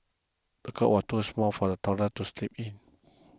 the cot was too small for the toddler to sleep in